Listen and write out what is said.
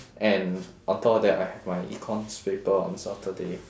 and on top of that I have my econs paper on saturday